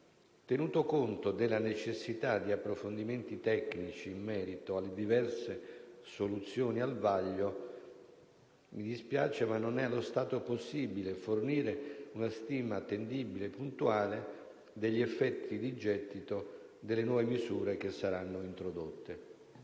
Tenuto conto della necessità di approfondimenti tecnici in merito alle diverse soluzioni al vaglio, mi dispiace, ma non è allo stato possibile fornire una stima attendibile e puntuale degli effetti di gettito delle nuove misure che saranno introdotte.